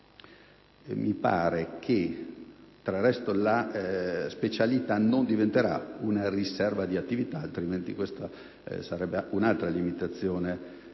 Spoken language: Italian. di attività. Tra l'altro, la specialità non diventerà una riserva di attività, altrimenti questa sarebbe un'altra limitazione